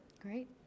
great